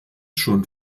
schon